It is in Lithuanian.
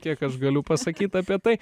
kiek aš galiu pasakyt apie tai